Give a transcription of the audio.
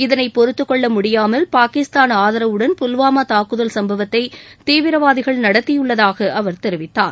இதனை பொறுத்துக் கொள்ள முடிபாமல் பாகிஸ்தான் ஆதரவுடன் புல்வாமா தாக்குதல் சம்பவத்தை தீவிரவாதிகள் நடத்தியுள்ளதாக அவர் தெரிவித்தார்